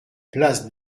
place